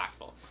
impactful